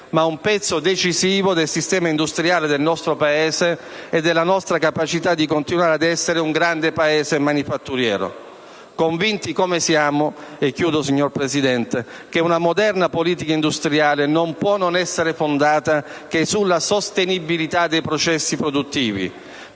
ma un pezzo decisivo del sistema industriale del nostro Paese e della nostra capacità di continuare ad essere un grande Paese manifatturiero, convinti, come siamo, che una moderna politica industriale non può non essere fondata che sulla sostenibilità dei processi produttivi,